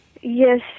Yes